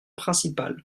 principale